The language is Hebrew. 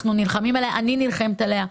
זאת הטבה שאנחנו נלחמים עליה, שאני נלחמת עליה.